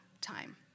time